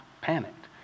panicked